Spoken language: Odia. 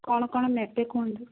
କ'ଣ କ'ଣ ନେବେ କୁହନ୍ତୁ